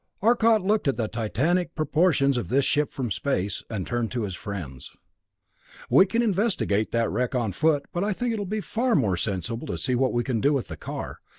arcot looked at the titanic proportions of this ship from space, and turned to his friends we can investigate that wreck on foot, but i think it'll be far more sensible to see what we can do with the car.